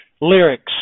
lyrics